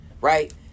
right